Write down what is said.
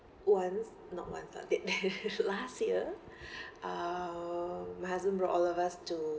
once not once lah last year uh my husband brought all of us to